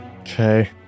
Okay